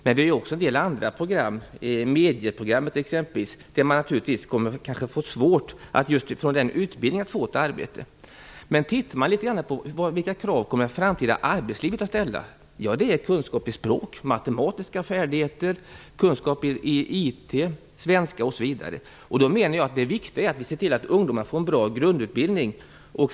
Det finns också andra program, t.ex. medieprogrammet. Efter en sådan utbildning kan det kanske vara svårt att få ett arbete. Vilka krav kommer det framtida arbetslivet att ställa? Man kommer att ställa krav på kunskap i språk, matematik, IT, svenska osv. Därför menar jag att det är viktigt att ungdomar får en bra grundutbildning.